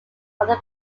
other